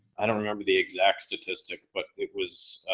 i don't remember the exact statistic, but it was,